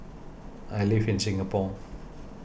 I live in Singapore